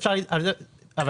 אפשר על זה --- לא,